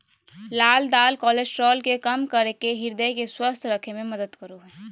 लाल दाल कोलेस्ट्रॉल के कम करके हृदय के स्वस्थ रखे में मदद करो हइ